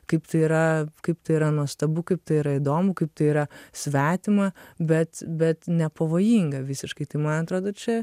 kaip tai yra kaip tai yra nuostabu kaip tai yra įdomu kaip tai yra svetima bet bet nepavojinga visiškai tai man atrodo čia